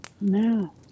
No